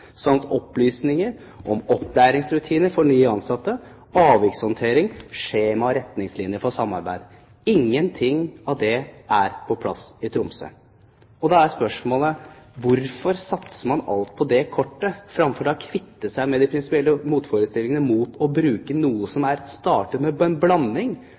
samt uten opplysninger om opplæringsrutiner for nye ansatte, avvikshåndtering, skjemaer og retningslinjer for samarbeid? Ikke noe av det er på plass i Tromsø. Og da er spørsmålet: Hvorfor satser man alt på det kortet, framfor å kvitte seg med de prinsipielle motforestillingene mot å benytte noe som er startet med en blanding